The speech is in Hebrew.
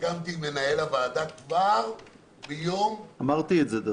שסיכמתי עם מנהל הוועדה כבר ביום חמישי,